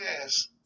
Yes